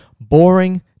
Boring